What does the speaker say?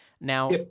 Now